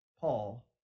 Paul